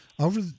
over